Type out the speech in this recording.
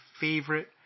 favorite